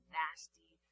nasty